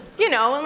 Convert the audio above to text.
you know, in,